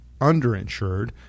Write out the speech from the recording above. underinsured